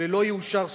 ולא יאושר סופית,